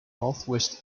northwest